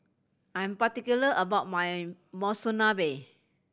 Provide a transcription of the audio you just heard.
I am particular about my Monsunabe